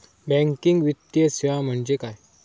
Banking वित्तीय सेवा म्हणजे काय?